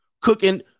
cooking